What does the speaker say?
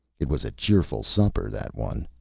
it was a cheerful supper, that one!